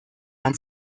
man